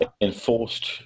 enforced